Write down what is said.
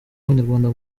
abanyarwanda